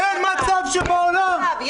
-- אין מצב בעולם -- יש מצב.